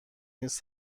نیست